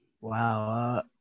Wow